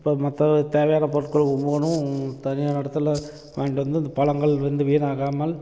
இப்போ மற்ற தேவையான பொருட்களும் ஒவ்வொன்றும் தனியான இடத்துல வாங்கிட்டு வந்து இந்த பழங்கள் வந்து வீணாகாமல்